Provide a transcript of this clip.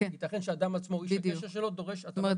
יתכן שאדם עצמו או איש הקשר שלו דורש התאמה.